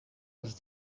els